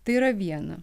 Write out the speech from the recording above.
tai yra viena